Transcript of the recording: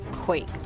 quake